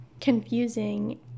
confusing